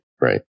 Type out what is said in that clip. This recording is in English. right